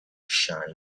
shine